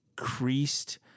increased